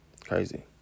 Crazy